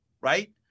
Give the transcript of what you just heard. right